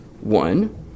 One